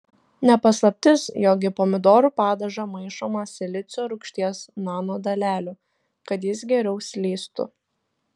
ne paslaptis jog į pomidorų padažą maišoma silicio rūgšties nanodalelių kad jis geriau slystų